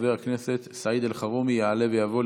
חבר הכנסת סעיד אלחרומי יעלה ויבוא.